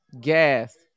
Gas